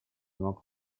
мог